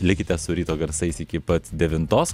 likite su ryto garsais iki pat devintos